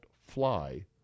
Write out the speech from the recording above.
fly